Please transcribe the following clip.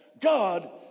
God